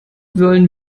wollen